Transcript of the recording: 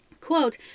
Quote